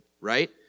right